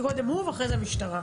קודם הוא, ואחרי זה המשטרה.